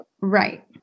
right